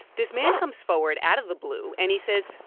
this man comes forward out of the blue, and he says,